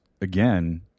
again